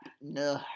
No